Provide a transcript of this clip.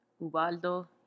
Ubaldo